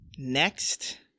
Next